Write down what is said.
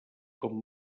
com